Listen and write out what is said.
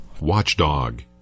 Watchdog